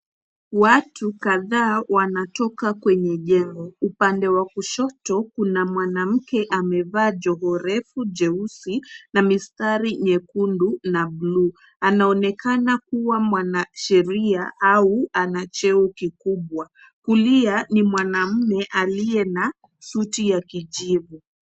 Watu kadhaa wanatoka kwenye jengo. Upande wa kushoto kuna mwanamke amevaa joho refu jeusi na mistari nyekundu na buluu. Anaonekana kuwa mwanasheria au ana cheo kikubwa. Kulia ni mwanamume aliye na suti ya kijivu.